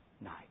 night